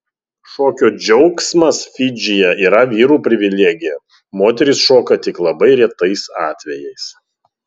šokio džiaugsmas fidžyje yra vyrų privilegija moterys šoka tik labai retais atvejais